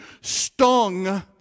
stung